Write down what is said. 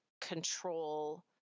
control